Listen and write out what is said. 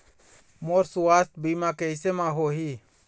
मोर सुवास्थ बीमा कैसे म होही?